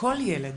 וכל ילד